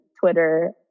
Twitter